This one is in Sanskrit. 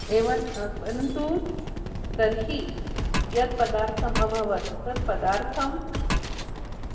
एवम् परन्तु तर्हि यत् पदार्थम् अभवत् तत् पदार्थं